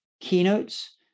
keynotes